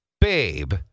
babe